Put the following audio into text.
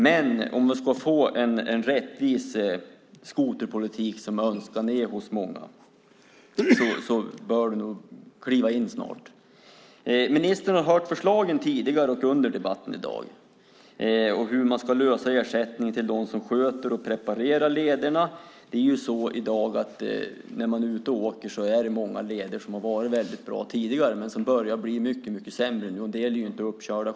Men om vi ska få en rättvis skoterpolitik, som önskan är hos många, bör du nog kliva in snart. Ministern har hört förslagen tidigare och under debatten i dag om hur ersättningen till dem som sköter och preparerar lederna ska lösas. Många leder som har varit bra tidigare börjar bli mycket sämre. En del är inte uppkörda.